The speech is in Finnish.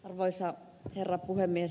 arvoisa herra puhemies